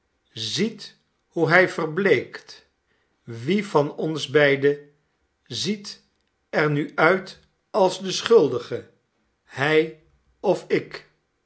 ziet hoe hij verbleekt wie van ons beideziet er nu uit als de schuldige hij of ik